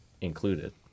Included